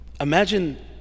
imagine